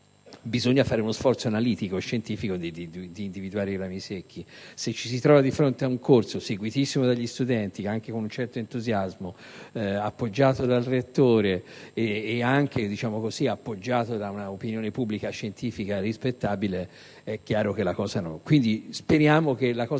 occorre fare lo sforzo analitico e scientifico di individuarli. Se invece ci si trova di fronte a un corso seguitissimo dagli studenti, anche con un certo entusiasmo, appoggiato dal rettore, nonché da un'opinione pubblica scientifica rispettabile, è chiaro che la situazione è